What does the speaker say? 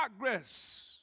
Progress